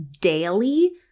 daily